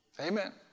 Amen